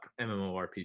MMORPG